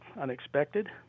unexpected